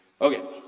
Okay